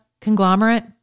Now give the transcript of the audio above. conglomerate